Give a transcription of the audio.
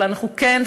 אבל אנחנו כן,